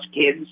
kids